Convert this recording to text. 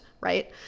right